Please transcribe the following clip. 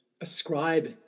ascribe